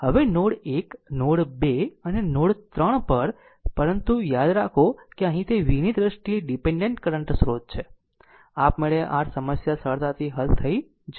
હવે node 1 node 2 અને node 3 પર પરંતુ યાદ રાખો કે અહીં તે v ની દ્રષ્ટિએ ડીપેન્ડેન્ટ કરંટ સ્રોત છે આપમેળે r સમસ્યા સરળતાથી હલ થઈ જશે